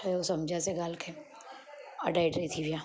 ठहियो सम्झियासीं ॻाल्हि के अढाई टे थी विया